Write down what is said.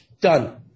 Done